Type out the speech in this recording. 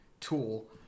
tool